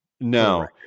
No